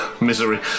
misery